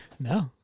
No